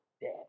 dead